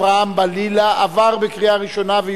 הצעת חוק זכויות הדייר בדיור הציבורי (תיקון מס' 4)